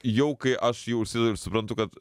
jau kai aš jį užsidedu ir suprantu kad